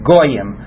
Goyim